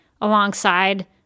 alongside